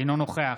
אינו נוכח